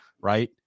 Right